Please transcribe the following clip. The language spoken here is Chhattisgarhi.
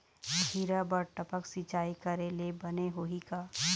खिरा बर टपक सिचाई करे ले बने होही का?